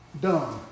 Done